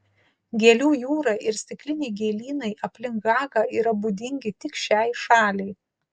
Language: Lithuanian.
gėlių jūra ir stikliniai gėlynai aplink hagą yra būdingi tik šiai šaliai